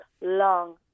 long